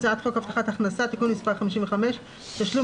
"הצעת חוק הבטחת הכנסה (תיקון מס' 55) (תשלום